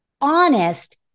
honest